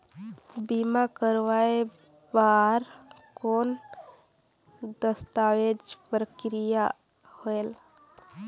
बीमा करवाय बार कौन दस्तावेज प्रक्रिया होएल?